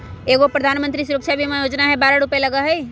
एगो प्रधानमंत्री सुरक्षा बीमा योजना है बारह रु लगहई?